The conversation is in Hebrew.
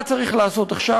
מה צריך לעשות עכשיו?